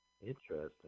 interesting